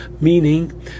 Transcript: meaning